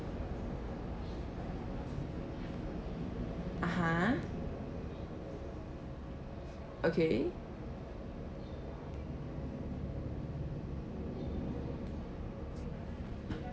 (uh huh) okay